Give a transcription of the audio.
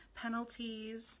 penalties